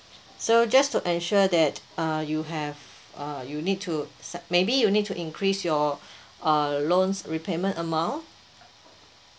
so just to ensure that uh you have uh you need to sub maybe you need to increase your uh loans repayment amount